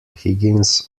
higgins